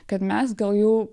kad mes gal jau